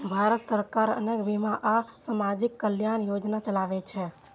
भारत सरकार अनेक बीमा आ सामाजिक कल्याण योजना चलाबै छै